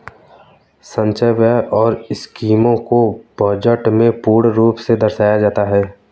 संचय व्यय और स्कीमों को बजट में पूर्ण रूप से दर्शाया जाता है